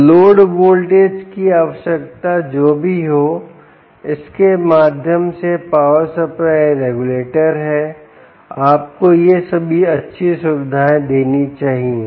तो load voltage की आवश्यकता जो भी हो इसके माध्यम से पावर सप्लाई रेगुलेटर है आपको ये सभी अच्छी सुविधाएँ देनी चाहिए